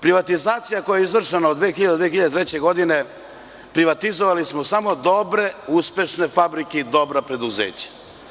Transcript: Privatizacija koja je izvršena od 2000. do 2003. godine je privatizovala samo dobre, uspešne fabrike i dobra preduzeća.